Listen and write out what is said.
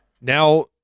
now